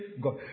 God